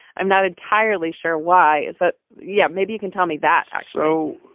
i'm not entirely sure. why is that? yeah, maybe you can tell me that so.